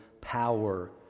power